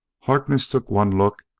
harkness took one look,